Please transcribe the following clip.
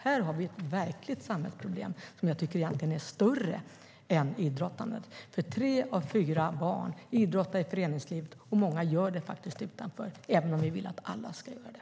Här har vi ett verkligt samhällsproblem som jag egentligen tycker är större än detta med idrotten, för tre av fyra barn idrottar i föreningslivet, och många gör det faktiskt utanför även om vi vill att alla ska göra det.